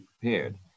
prepared